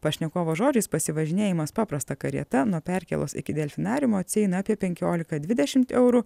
pašnekovo žodžiais pasivažinėjimas paprasta karieta nuo perkėlos iki delfinariumo atsieina apie penkiolika dvidešimt eurų